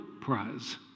prize